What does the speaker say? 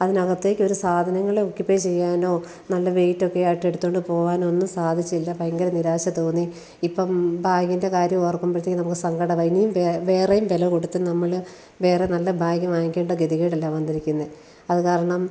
അതിനകത്തേക്കൊരു സാധനങ്ങളെ ഒക്ക്യുപ്പൈ ചെയ്യാനോ നല്ല വെയ്റ്റൊക്കെയായിട്ട് എടുത്തുകൊണ്ട് പോകാനും ഒന്നും സാധിച്ചില്ല ഭയങ്കര നിരാശ തോന്നി ഇപ്പം ബാഗിൻ്റെ കാര്യം ഓർക്കുമ്പോഴത്തേക്കും നമുക്ക് സങ്കടമാണ് ഇനിയും വേറെയും വില കൊടുത്ത് നമ്മൾ വേറെ നല്ല ബാഗ് വാങ്ങിക്കേണ്ട ഗതികേടല്ലേ വന്നിരിക്കുന്നത് അതു കാരണം